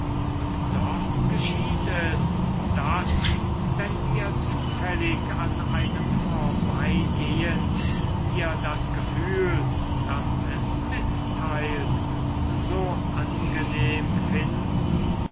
und doch geschieht es daß wenn wir zufällig an einem vorbeigehen wir das gefühl das es mitteilt so angenehm finden